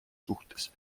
suhtes